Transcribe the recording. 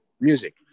music